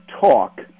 talk